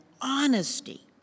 honesty